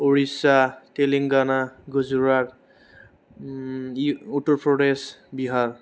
Odisha Telangana Gujarat Uttar Pradesh Bihar